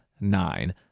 nine